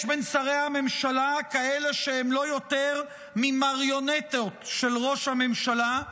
יש בין שרי הממשלה כאלה שהם לא יותר ממריונטות של ראש הממשלה,